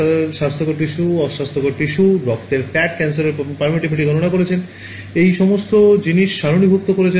তারা স্বাস্থ্যকর টিস্যু অস্বাস্থ্যকর টিস্যু রক্ত ফ্যাট ক্যান্সারের permittivity গণনা করেছে এই সমস্ত জিনিস সারণীভুক্ত করেছে